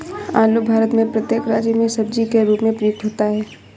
आलू भारत में प्रत्येक राज्य में सब्जी के रूप में प्रयुक्त होता है